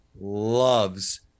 loves